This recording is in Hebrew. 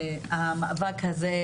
הרך,